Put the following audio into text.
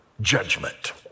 judgment